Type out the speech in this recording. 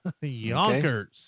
Yonkers